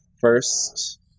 first